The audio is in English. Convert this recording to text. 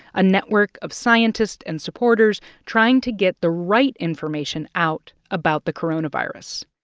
a network of scientists and supporters trying to get the right information out about the coronavirus.